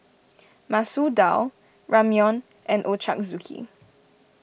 Masoor Dal Ramyeon and Ochazuke